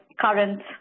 current